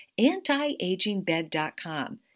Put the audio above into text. antiagingbed.com